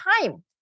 time